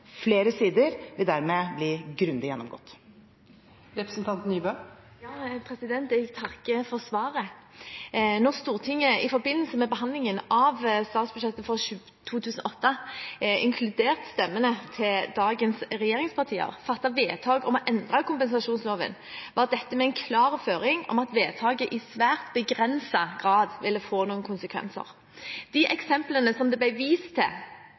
Flere sider vil dermed bli grundig gjennomgått. Jeg takker for svaret. Da Stortinget i forbindelse med behandlingen av statsbudsjettet for 2008, inkludert stemmene til dagens regjeringspartier, fattet vedtak om å endre kompensasjonsloven, var dette med en klar føring om at vedtaket i svært begrenset grad ville få noen konsekvenser. De eksemplene som det ble vist til,